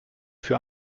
für